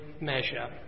measure